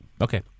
Okay